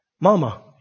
mama